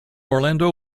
orlando